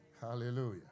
Hallelujah